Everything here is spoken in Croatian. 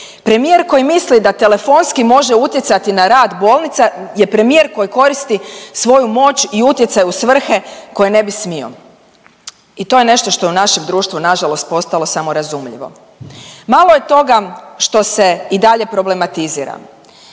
Premijer koji misli da telefonski može utjecati na rad bolnica je premijer koji koristi svoju moć i utjecaj u svrhe koje ne bi smio i to je nešto što je u našem društvu nažalost postalo samo razumljivo. Malo je toga što se i dalje problematizira.